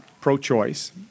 pro-choice